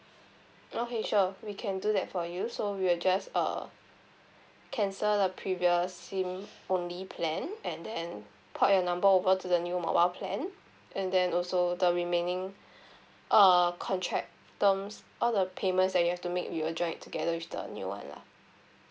okay sure we can do that for you so we will just err cancel the previous sim only plan and then port your number over to the new mobile plan and then also the remaining err contract terms all the payment that you have to make we will join it together with the new [one] lah